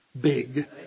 big